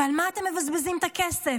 על מה אתם מבזבזים את הכסף?